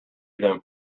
them